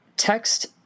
text